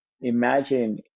imagine